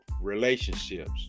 relationships